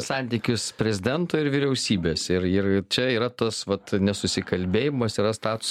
santykius prezidento ir vyriausybės ir ir čia yra tas vat nesusikalbėjimas stats